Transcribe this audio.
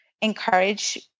encourage